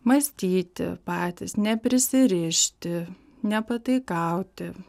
mąstyti patys neprisirišti nepataikauti